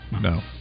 no